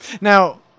Now